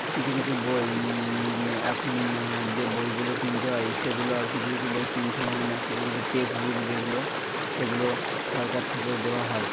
কিছু কিছু বই এখন যে বইগুলো কিনতে হয় সেগুলো আর কিছু কিছু বই কিনতেও হয় না কিছু কিছু টেক্সট বুক যেগুলো সেগুলো সরকার থেকেও দেওয়া হয়